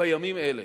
בימים אלה,